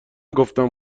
گفتم